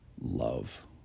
love